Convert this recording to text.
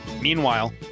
Meanwhile